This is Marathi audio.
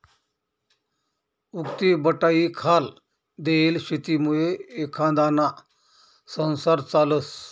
उक्तीबटाईखाल देयेल शेतीमुये एखांदाना संसार चालस